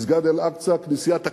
מסגד אל-אקצא, כנסיית הקבר,